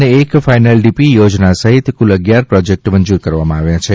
અને એક final DP યોજના સહિત કુલ અગિયાર પ્રોજેક્ટ મંજુર કરવામાં આવ્યા છે